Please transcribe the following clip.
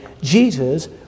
Jesus